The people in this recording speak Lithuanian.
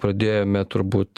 pradėjome turbūt